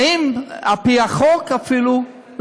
האם, על-פי החוק אפילו?